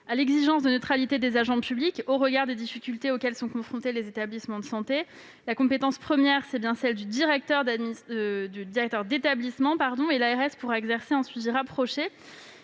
à l'exigence de neutralité des agents publics. Au regard des difficultés auxquelles sont confrontés les établissements de santé, la compétence première est bien celle du directeur d'établissement, même si l'ARS pourra exercer un suivi rapproché.